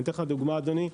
אני אתן לך דוגמה, אדוני,